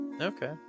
okay